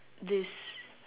this